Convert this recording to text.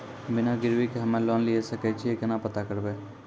बिना गिरवी के हम्मय लोन लिये सके छियै केना पता करबै?